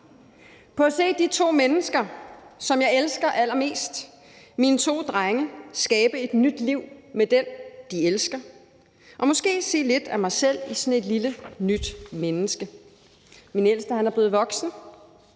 på at se de to mennesker, som jeg elsker allermest, mine to drenge, skabe et nyt liv med den, de elsker, og måske se lidt af mig selv i sådan et lille nyt menneske. Min ældste er blevet voksen,